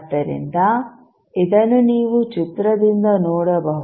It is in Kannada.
ಆದ್ದರಿಂದ ಇದನ್ನು ನೀವು ಚಿತ್ರದಿಂದ ನೋಡಬಹುದು